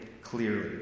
clearly